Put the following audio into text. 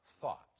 thoughts